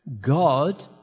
God